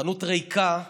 החנות ריקה.